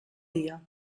dia